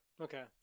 okay